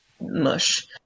mush